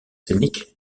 scéniques